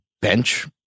bench